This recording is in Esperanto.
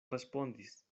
respondis